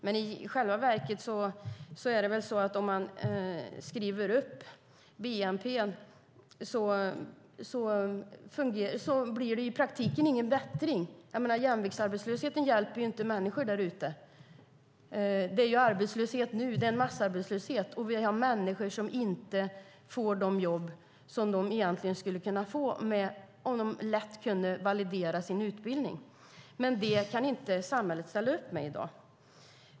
Men om bnp skrivs upp blir det i praktiken ingen bättring. Jämviktsarbetslöshet hjälper inte människorna. Det råder massarbetslöshet nu. Människor får inte de jobb de egentligen skulle kunna få om de lätt kunde validera sina utbildningar, men det kan samhället inte ställa upp med i dag.